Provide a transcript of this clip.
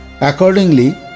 Accordingly